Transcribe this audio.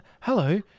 hello